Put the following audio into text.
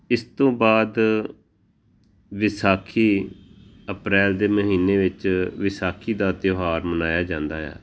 ਇਸ ਤੋਂ ਬਾਅਦ ਵਿਸਾਖੀ ਅਪ੍ਰੈਲ ਦੇ ਮਹੀਨੇ ਵਿੱਚ ਵਿਸਾਖੀ ਦਾ ਤਿਉਹਾਰ ਮਨਾਇਆ ਜਾਂਦਾ ਆ